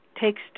takes